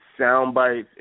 soundbites